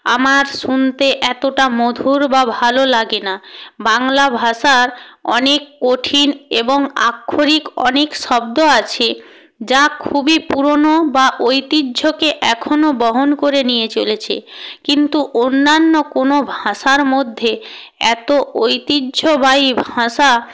আমার শুনতে এতটা মধুর বা ভালো লাগে না বাংলা ভাষার অনেক কঠিন এবং আক্ষরিক অনেক শব্দ আছে যা খুবই পুরোনো বা ঐতিহ্যকে এখনও বহন করে নিয়ে চলেছে কিন্তু অন্যান্য কোনো ভাষার মধ্যে এতো ঐতিহ্যবাহী ভাষা